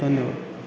धन्यवाद